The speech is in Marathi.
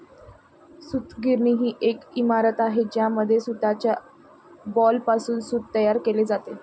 सूतगिरणी ही एक इमारत आहे ज्यामध्ये सूताच्या बॉलपासून सूत तयार केले जाते